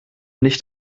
nicht